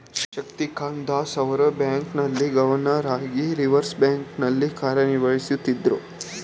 ಶಕ್ತಿಕಾಂತ್ ದಾಸ್ ರವರು ಬ್ಯಾಂಕ್ನ ಹಾಲಿ ಗವರ್ನರ್ ಹಾಗಿ ರಿವರ್ಸ್ ಬ್ಯಾಂಕ್ ನಲ್ಲಿ ಕಾರ್ಯನಿರ್ವಹಿಸುತ್ತಿದ್ದ್ರು